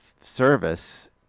service